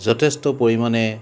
যথেষ্ট পৰিমাণে